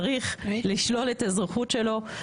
צריך לשלול את האזרחות שלו.